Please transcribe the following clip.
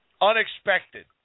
Unexpected